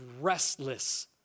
restless